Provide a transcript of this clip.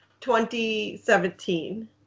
2017